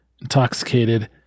intoxicated